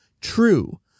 true